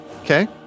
Okay